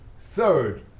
Third